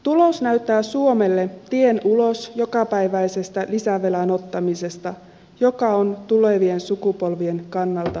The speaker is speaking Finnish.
tulos näyttää suomelle tien ulos jokapäiväisestä lisävelan ottamisesta mikä on tulevien sukupolvien kannalta välttämätöntä